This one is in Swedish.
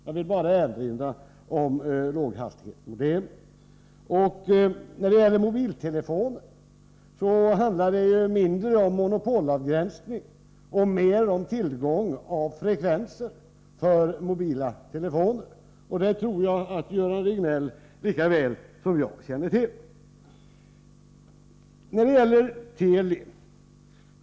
Jag vill här bara erinra om låghastighetsmodem. När det gäller mobiltelefonerna handlar det mindre om monopolavgränsning och mera om tillgång till frekvenser för mobila telefoner, och det tror jag att Göran Riegnell känner till lika väl som jag.